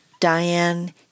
Diane